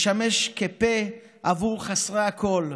לשמש פה עבור חסרי הקול,